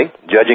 judging